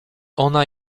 ona